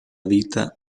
vita